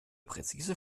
präzise